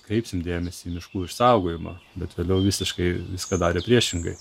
kreipsim dėmesį į miškų išsaugojimą bet vėliau visiškai viską darė priešingai